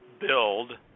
build